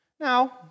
Now